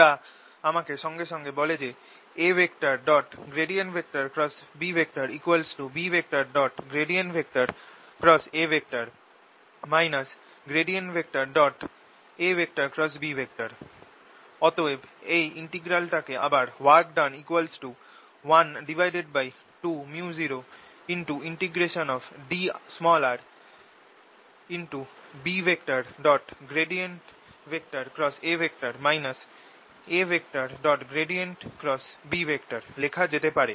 যা আমাকে সঙ্গে সঙ্গে বলে AB B A AB অতএব এই ইন্টিগ্রাল টাকে আবার work done 12µodrB A A লেখা যেতে পারে